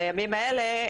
בימים האלה,